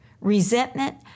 resentment